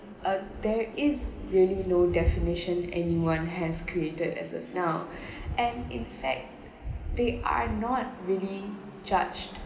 uh there is really no definition anyone has created as of now and in fact they are not really judged